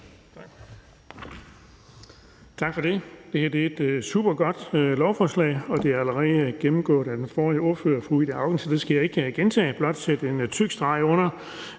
Tak for det. Det her er et supergodt lovforslag, og det er allerede gennemgået af den forrige ordfører, fru Ida Auken, så det skal jeg ikke gentage. Jeg vil blot sætte en tyk streg under,